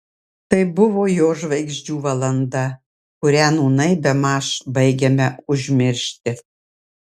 tai buvo jo žvaigždžių valanda kurią nūnai bemaž baigiame užmiršti